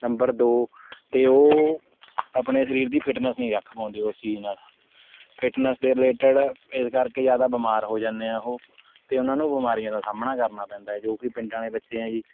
number ਦੋ ਅਤੇ ਉਹ ਆਪਣੇ ਸਰੀਰ ਦੀ ਫਿੱਟਨੈੱਸ ਨਹੀਂ ਰੱਖ ਪਾਉਂਦੇ ਉਸ ਚੀਜ਼ ਨਾਲ਼ ਫਿੱਟਨੈੱਸ ਦੇ ਰੀਲੇਟਿਡ ਇਸ ਕਰਕੇ ਜ਼ਿਆਦਾ ਬਿਮਾਰ ਹੋ ਜਾਂਦੇ ਹੈ ਉਹ ਅਤੇ ਉਹਨਾਂ ਨੂੰ ਬਿਮਾਰੀਆਂ ਦਾ ਸਾਹਮਣਾ ਕਰਨਾ ਪੈਂਦਾ ਜੋ ਕਿ ਪਿੰਡਾਂ ਵਾਲੇ ਬੱਚੇ ਹੈ ਜੀ